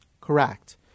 Correct